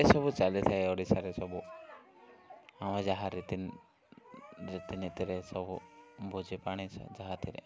ଏସବୁ ଚାଲିଥାଏ ଓଡ଼ିଶାରେ ସବୁ ଆମେ ଯାହା ରୀତି ରୀତି ନିତିରେ ସବୁ ଭୋଜି ପାଣି ଛ ଯାହାଥିରେ